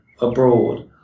abroad